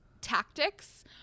tactics